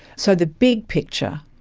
so the big picture,